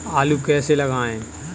आलू कैसे लगाएँ?